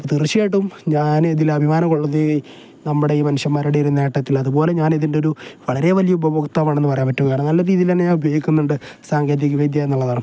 അ തീർച്ചയായിട്ടും ഞാൻ ഇതിൽ അഭിമാനം കൊള്ളുന്നു നമ്മുടെ ഈ മനുഷ്യന്മാരുടെ ഈ ഒരു നേട്ടത്തിൽ അതുപോലെ ഞാൻ ഇതിൻ്റെ ഒരു വളരെ വലിയ ഉപഭോക്തവാണെന്ന് പറയാൻ പറ്റും കാരണം നല്ല രീതിയിൽ തന്നെ ഞാൻ ഉപയോഗിക്കുന്നുണ്ട് സാങ്കേതികവിദ്യ എന്നുള്ളതാണ്